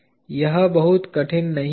यह बहुत कठिन नहीं है